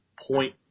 point